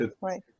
Right